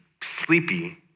sleepy